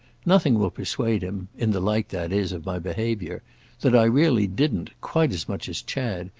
nothing will persuade him in the light, that is, of my behaviour that i really didn't, quite as much as chad,